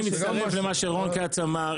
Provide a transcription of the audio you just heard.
ואני גם מצטרף למה שרון כץ אמר,